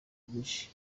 byinshi